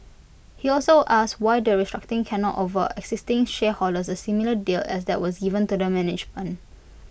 he also asked why the restructuring cannot offer existing shareholders A similar deal as that was given to the management